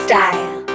Style